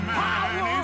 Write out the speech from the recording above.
power